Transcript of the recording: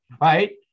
right